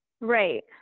Right